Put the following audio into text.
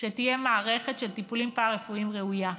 שתהיה מערכת של טיפולים פארה-רפואיים ראויה.